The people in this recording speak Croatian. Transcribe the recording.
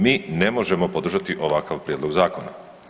Mi ne možemo podržati ovakav prijedlog zakona.